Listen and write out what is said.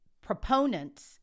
proponents